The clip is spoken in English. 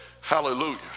Hallelujah